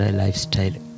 lifestyle